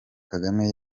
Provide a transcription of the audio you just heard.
kagame